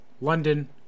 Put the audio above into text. london